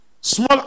Small